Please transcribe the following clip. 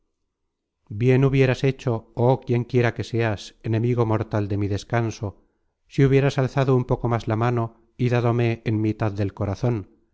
bien hubieras hecho joh quien quiera que seas enemigo mortal de mi descanso si hubieras alzado un poco más la mano y dádome en mitad del corazon